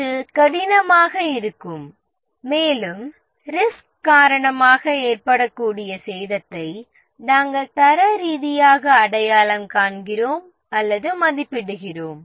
இது கடினமாக இருக்கும் மேலும் ரிஸ்கின் மூலமாக ஏற்படக்கூடிய சேதத்தை நாம் தர ரீதியாக அடையாளம் காண்கிறோம் அல்லது மதிப்பிடுகிறோம்